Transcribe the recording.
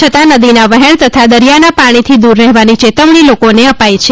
છતાં નદીના વહેજ઼ તથા દરિયાના પાજીથી દૂર રહેવાની ચેતવણી લોકોને અપાઇ છે